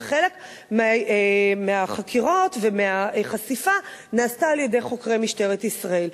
שחלק מהחקירות ומהחשיפה נעשו על-ידי חוקרי משטרת ישראל.